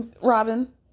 Robin